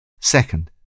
Second